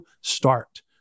start